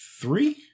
three